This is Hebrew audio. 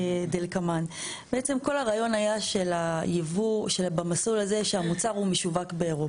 כדלקמן: בעצם כל הרעיון במסלול הזה שהמוצר הוא משווק באירופה.